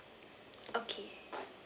okay